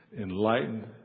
enlightened